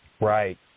Right